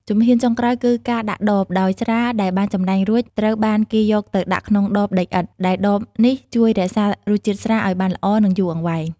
ជំហានចុងក្រោយគឺ ការដាក់ដប ដោយស្រាដែលបានចម្រាញ់រួច ត្រូវបានគេយកទៅដាក់ក្នុងដបដីឥដ្ឋ ដែលដបនេះជួយរក្សារសជាតិស្រាឱ្យបានល្អ និងយូរអង្វែង។